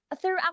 throughout